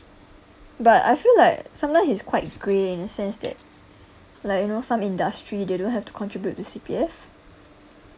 but I feel like sometimes it's quite grey in a sense that like you know some industry they don't have to contribute to C_P_F